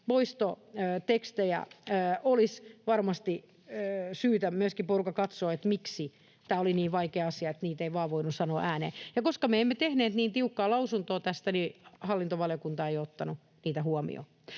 poistotekstejä olisi varmasti syytä porukan katsoa, että miksi tämä oli niin vaikea asia, että niitä ei vain voinut sanoa ääneen. Koska me emme tehneet niin tiukkaa lausuntoa tästä, hallintovaliokunta ei ole ottanut niitä huomioon.